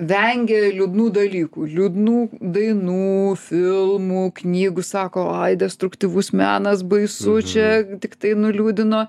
vengia liūdnų dalykų liūdnų dainų filmų knygų sako ai destruktyvus menas baisu čia tiktai nuliūdino